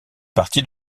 partie